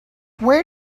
where